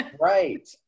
right